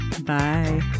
Bye